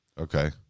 Okay